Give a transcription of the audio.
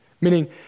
meaning